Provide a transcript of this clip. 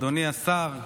אדוני השר,